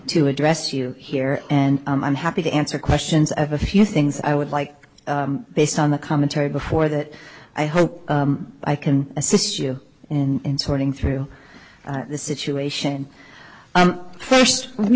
to address you here and i'm happy to answer questions of a few things i would like based on the commentary before that i hope i can assist you in sorting through the situation first let me